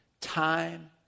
time